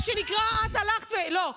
בואי, לצערי, יש פה מה שנקרא, תודה רבה.